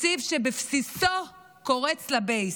תקציב שבבסיסו קורץ לבייס,